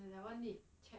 eleven 的